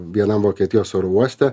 vienam vokietijos oro uoste